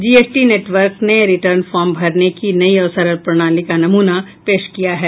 GST network ने return form भरने की नयी और सरल प्रणाली का नमूना पेश किया है